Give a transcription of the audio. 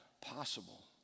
possible